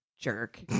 jerk